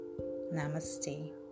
namaste